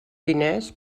diners